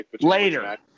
Later